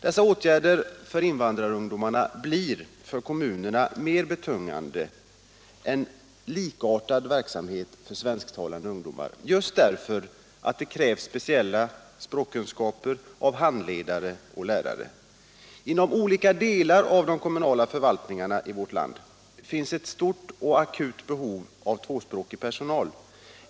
Dessa åtgärder för invandrarungdomar blir för kommunerna mer betungande än likartad verksamhet för svensktalande ungdomar just därför att det krävs speciella kunskaper av handledare och lärare. Inom olika delar av de kommunala förvaltningarna i vårt land finns ett stort och akut behov av tvåspråkig personal.